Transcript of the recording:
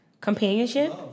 Companionship